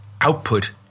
output